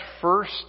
first